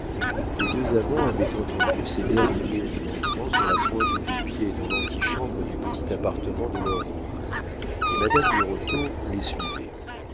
les deux amants avaient entendu ces derniers mots en entrant sur la pointe du pied dans l'antichambre du petit appartement de leur oncle et madame birotteau les suivait